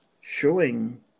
showing